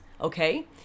Okay